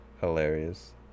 hilarious